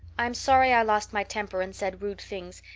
i'm sorry i lost my temper and said rude things,